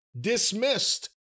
dismissed